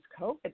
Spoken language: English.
COVID